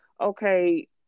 Okay